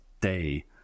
day